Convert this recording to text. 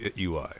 ui